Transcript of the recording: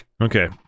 Okay